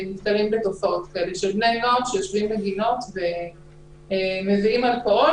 תופעות של בני נוער שיושבים בגינות ומביאים אלכוהול.